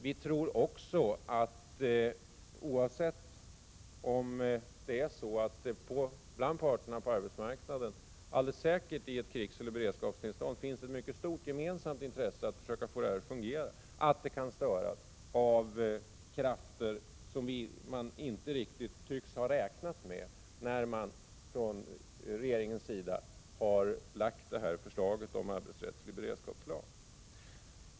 Vi tror också att förhandlingarna, oavsett om det bland parterna på arbetsmarknaden under krig eller beredskap finns ett mycket stort gemensamt intresse att försöka få det hela att fungera, kan störas av krafter som man inte riktigt tycks ha räknat med när man från regeringens sida har lagt fram förslaget om arbetsrättslig beredskapslag.